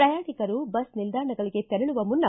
ಪ್ರಯಾಣಿಕರು ಬಸ್ ನಿಲ್ದಾಣಗಳಗೆ ತೆರಳುವ ಮುನ್ನ